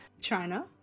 China